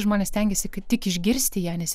žmonės stengiasi kaip tik išgirsti ją nes